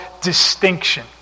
distinction